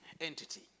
entity